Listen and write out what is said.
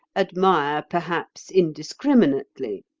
admire perhaps indiscriminately.